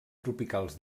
tropicals